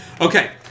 okay